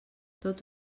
tot